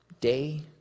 Day